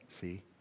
See